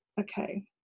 Okay